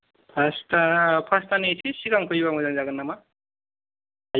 फासता फासतानि एसे सिगां फैयोब्ला मोजां जागोन नामा